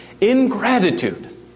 ingratitude